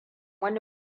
wani